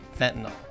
Fentanyl